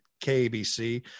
KBC